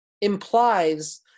implies